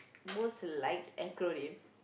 most liked acronym